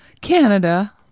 Canada